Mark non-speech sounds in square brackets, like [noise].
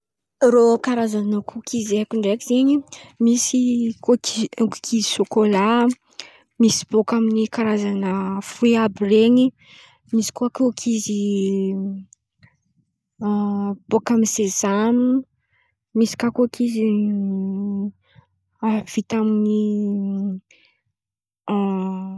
Rô karàzany kôkizy haiko ndraiky zen̈y misy kôkizy sôkôla isy bôka amin̈'ny karàzany froy àby ren̈y misy koa kôkizy [hesitation] bôka amin̈'ny sezama misy kà kôkizy vita amin̈'ny. [hesitation]